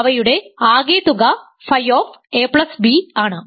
അവയുടെ ആകെത്തുക ф ab ആണ്